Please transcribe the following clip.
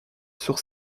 sur